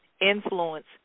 influence